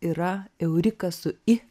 yra eurika su i